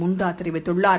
முண்டாதெரிவித்துள்ளார்